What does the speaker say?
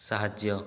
ସାହାଯ୍ୟ